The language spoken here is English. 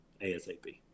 ASAP